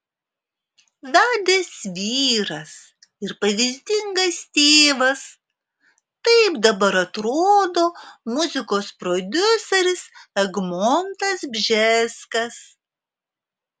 vedęs vyras ir pavyzdingas tėvas taip dabar atrodo muzikos prodiuseris egmontas bžeskas